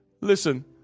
Listen